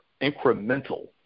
incremental